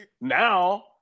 now –